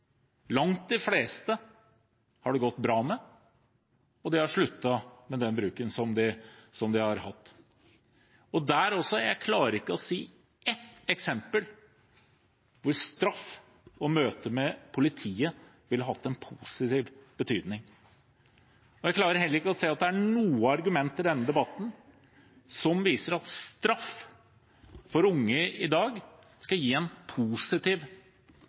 Langt de fleste har det gått bra med, og de har sluttet med den bruken som de har hatt. Og heller ikke der klarer jeg å finne ett eksempel hvor straff og møte med politiet ville hatt en positiv betydning. Jeg klarer heller ikke å se at det er noe argument i denne debatten som viser at straff for unge i dag skal gi en positiv